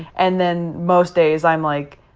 and then most days i'm like,